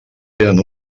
tenen